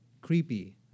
creepy